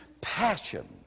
passion